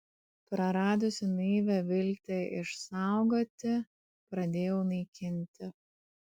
praradusi naivią viltį išsaugoti pradėjau naikinti